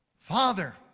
Father